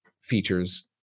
features